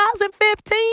2015